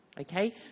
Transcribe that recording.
okay